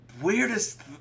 Weirdest